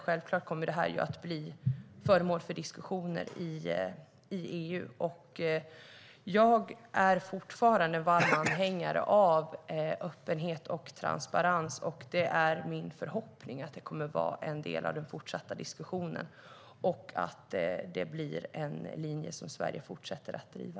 Självklart kommer detta att bli föremål för diskussioner i EU, och jag är fortfarande en varm anhängare av öppenhet och transparens. Det är min förhoppning att det kommer att vara en del av den fortsatta diskussionen och att det blir en linje Sverige fortsätter att driva.